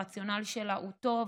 הרציונל שלה הוא טוב,